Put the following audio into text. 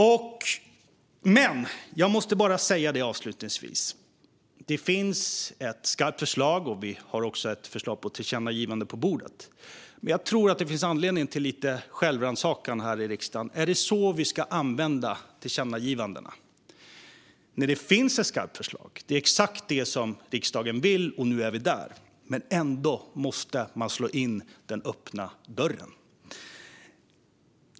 Avslutningsvis måste jag bara säga: Det finns ett skarpt förslag, och vi har också ett förslag till tillkännagivande på bordet. Men jag tror att det finns anledning till lite självrannsakan här i riksdagen. Är det så vi ska använda tillkännagivandena, när det finns ett skarpt förslag? Detta är exakt vad riksdagen vill, och nu är vi där. Ändå måste man slå in den öppna dörren.